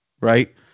Right